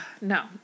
No